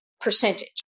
percentage